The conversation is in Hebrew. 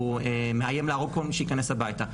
הוא מאיים להרוג כל מי שייכנס הביתה,